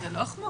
אז זו לא החמרה.